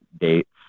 dates